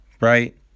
right